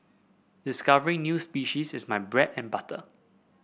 discovering new species is my bread and butter